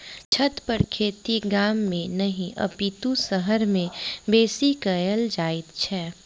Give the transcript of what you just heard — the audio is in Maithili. छतपर खेती गाम मे नहि अपितु शहर मे बेसी कयल जाइत छै